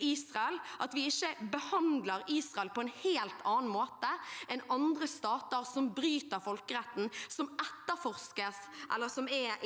Israel, og at vi ikke behandler Israel på en helt annen måte enn andre stater som bryter folkeretten, som etterforskes, eller som det er